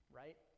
right